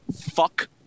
Fuck